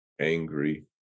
angry